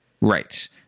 right